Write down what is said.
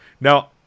Now